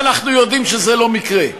ואנחנו יודעים שזה לא מקרה,